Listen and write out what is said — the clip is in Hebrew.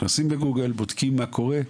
נכנסים ל-גוגל, בודקים מה קורה,